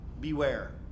Beware